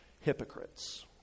hypocrites